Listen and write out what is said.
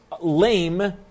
lame